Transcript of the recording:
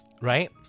Right